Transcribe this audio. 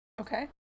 Okay